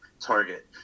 target